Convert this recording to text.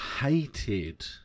hated